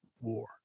War